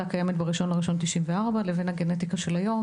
קיימת ב-1 בינואר 1994 לבין הגנטיקה של היום,